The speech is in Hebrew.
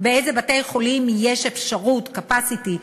באיזה בתי-חולים יש אפשרות, capacity,